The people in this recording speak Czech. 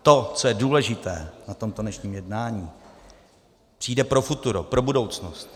To, co je důležité na tomto dnešním jednání, přijde pro futuro, pro budoucnost.